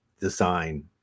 design